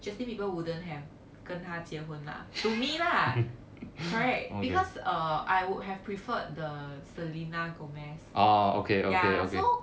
justin bieber wouldn't have 跟她结婚啦 to me lah correct because uh I would have preferred the selena gomez ya so